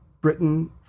Britain